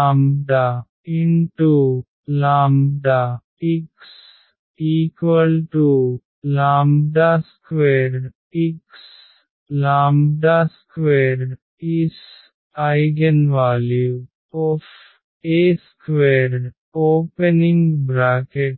Axλx⇒AAxAλx A2xλAxλλx2x 2 is eigenvalue of A2 చూడండి slide సమయం 0417